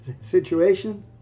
situation